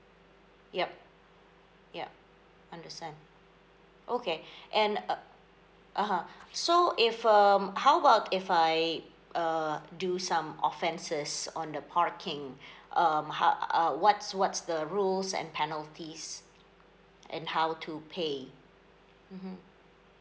yup yup understand okay and uh (uh huh) so if um how about if I uh do some offenses on the parking um how what's what's the rules and penalties and how to pay mmhmm